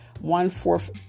one-fourth